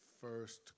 first